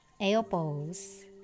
elbows